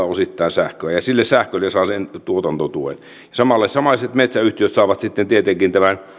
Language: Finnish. sähköä ja sille sähkölle saa tuotantotuen samaiset metsäyhtiöt saavat sitten tietenkin tämän